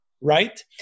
right